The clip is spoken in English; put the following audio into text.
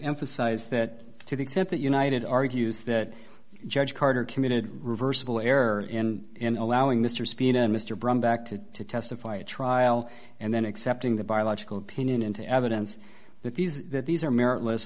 emphasize that to the extent that united argues that judge carter committed reversible error in allowing mr speed and mr brown back to to testify at trial and then accepting the biological opinion into evidence that these that these are meritless